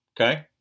okay